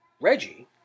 Reggie